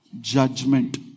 judgment